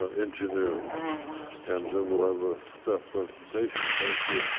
ah engineer and then we'll have a stuff presentation. thank you